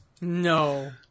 No